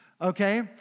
okay